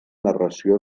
narració